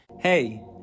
Hey